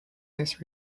this